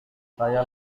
saya